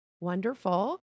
wonderful